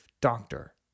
doctor